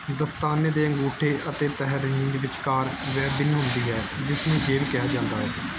ਦਸਤਾਨੇ ਦੇ ਅੰਗੂਠੇ ਅਤੇ ਤਰ੍ਹਨੀ ਦੇ ਵਿਚਕਾਰ ਵੈਬਿੰਗ ਹੁੰਦੀ ਹੈ ਜਿਸ ਨੂੰ ਜੇਬ ਕਿਹਾ ਜਾਂਦਾ ਹੈ